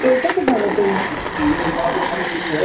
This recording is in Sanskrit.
एतत् भवतु